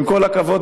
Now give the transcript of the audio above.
ועם כל הכבוד,